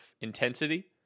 intensity